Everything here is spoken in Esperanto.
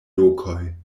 lokoj